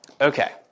Okay